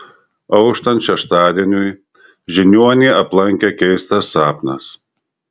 auštant šeštadieniui žiniuonį aplankė keistas sapnas